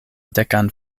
dekan